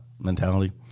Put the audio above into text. mentality